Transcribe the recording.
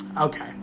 okay